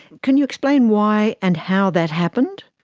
can you explain why and how that happened?